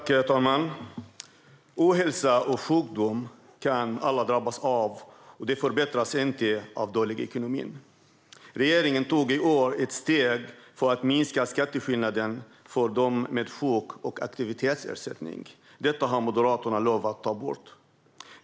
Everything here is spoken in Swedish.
Herr talman! Ohälsa och sjukdom kan alla drabbas av, och det förbättras inte av dålig ekonomi. Regeringen tog i år ett steg för att minska skatteskillnaden för dem med sjuk och aktivitetsersättning. Detta har Moderaterna lovat att ta bort.